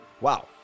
wow